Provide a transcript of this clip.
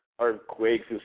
earthquakes